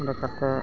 ᱚᱱᱟᱠᱟᱛᱮᱫ